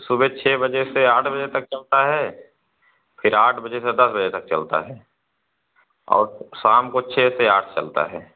सुबह छः बजे से आठ बजे तक चलता है फिर आठ बजे से दस बजे तक चलता है और शाम को छः से आठ चलता है